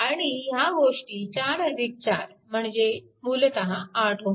आणि ह्या गोष्टी 44 म्हणजे मूलतः 8 Ω